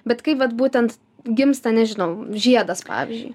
bet kaip vat būtent gimsta nežinau žiedas pavyzdžiui